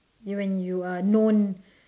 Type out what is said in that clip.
y~ when you are known